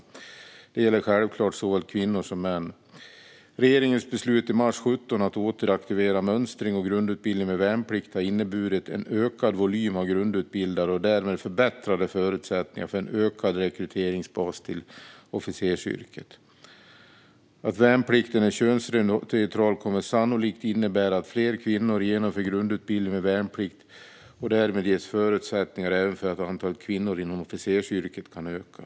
Det gäller självklart såväl kvinnor som män. Regeringens beslut i mars 2017 att återaktivera mönstring och grundutbildning med värnplikt har inneburit en ökad volym av grundutbildade och därmed förbättrade förutsättningar för en ökad rekryteringsbas till officersyrket. Att värnplikten är könsneutral kommer sannolikt att innebära att fler kvinnor genomför grundutbildning med värnplikt. Därmed ges förutsättningar för att även antalet kvinnor inom officersyrket kan öka.